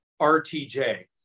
RTJ